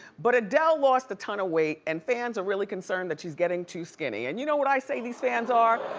but adele lost a ton of weight and fans are really concerned that she's getting too skinny. and you know what i say these fans are?